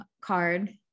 card